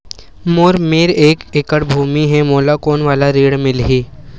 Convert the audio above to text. मोर मेर एक एकड़ भुमि हे मोला कोन वाला ऋण मिलही?